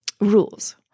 rules